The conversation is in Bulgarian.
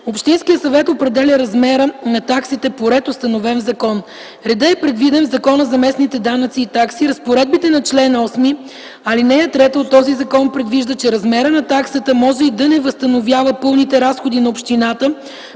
общинския съвет определя размера на таксите по ред, установен в закон. Редът е предвиден в Закона за местните данъци и такси. Разпоредбите на чл. 8, ал. 3 от този закон предвиждат, че размерът на таксата може и да не възстановява пълните разходи на община